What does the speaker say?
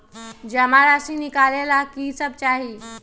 जमा राशि नकालेला कि सब चाहि?